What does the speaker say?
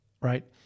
right